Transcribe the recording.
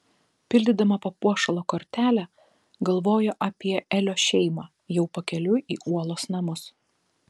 pildydama papuošalo kortelę galvojo apie elio šeimą jau pakeliui į uolos namus